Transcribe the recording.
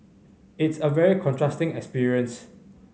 it's a very contrasting experience